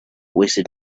wasted